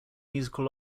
musical